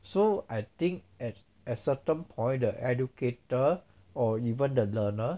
so I think at a certain point the educator or even the learner